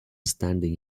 standing